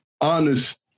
honest